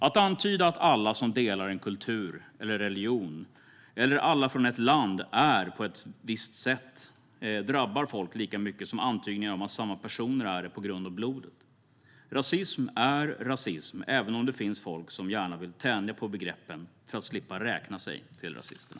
Att antyda att alla som delar en kultur eller religion eller att alla från ett land är på ett visst sätt drabbar folk lika mycket som antydningar om att samma personer är som de är på grund av blodet. Rasism är rasism, även om det finns folk som gärna vill tänja på begreppen för att slippa räkna sig till rasisterna.